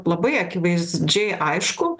labai akivaizdžiai aišku